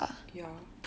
ya